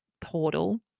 portal